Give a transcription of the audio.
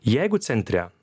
jeigu centre